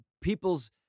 people's